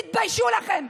תתביישו לכם.